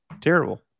terrible